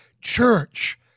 church